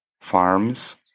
farms